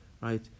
Right